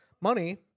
Money